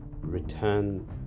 return